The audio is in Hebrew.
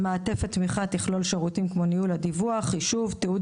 מעטפת התמיכה תכלול שירותים כמו ניהול הדיווח; חישוב ותיעוד